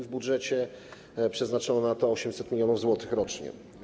W budżecie przeznaczono na to 800 mln zł rocznie.